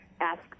ask